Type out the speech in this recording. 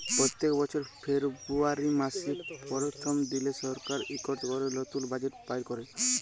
প্যত্তেক বছর ফেরবুয়ারি ম্যাসের পরথম দিলে সরকার ইকট ক্যরে লতুল বাজেট বাইর ক্যরে